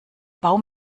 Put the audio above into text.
baum